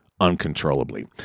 uncontrollably